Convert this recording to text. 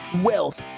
wealth